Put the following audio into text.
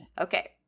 okay